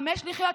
חמש לחיות.